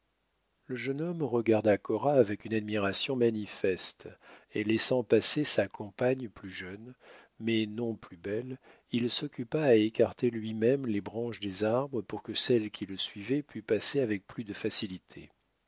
le jeune homme regarda cora avec une admiration manifeste et laissant passer sa compagne plus jeune mais non plus belle il s'occupa à écarter lui-même les branches des arbres pour que celle qui le suivait pût passer avec plus de facilité